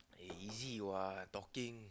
eh easy what talking